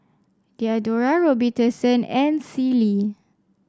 Diadora Robitussin and Sealy